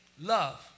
love